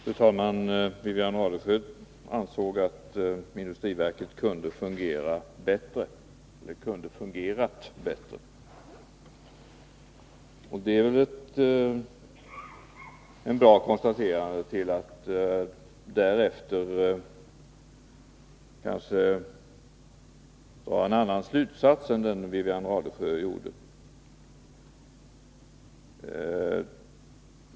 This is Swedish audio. Fru talman! Wivi-Anne Radesjö ansåg att industriverket kunde fungerat bättre. Efter det konstaterandet finns det väl anledning att dra en annan slutsats än hon gjorde.